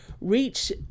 reach